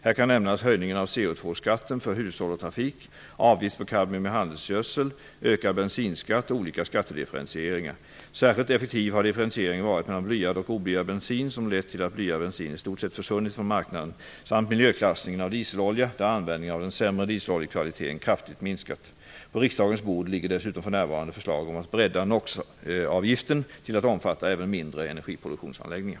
Här kan nämnas höjningen av CO2 Särskilt effektiv har differentieringen varit mellan blyad och oblyad bensin, som lett till att blyad bensin i stort sett försvunnit från marknaden, samt miljöklassningen av dieselolja, där användningen av den sämre dieseloljekvaliteten kraftigt minskat. På riksdagens bord ligger dessutom för närvarande förslag om att bredda NOx-avgiften till att omfatta även mindre energiproduktionsanläggningar.